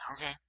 Okay